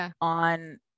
on